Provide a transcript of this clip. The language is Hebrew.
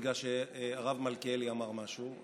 מפני שהרב מלכיאלי אמר משהו?